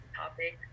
topic